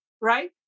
right